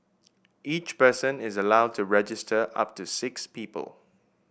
each person is allowed to register up to six people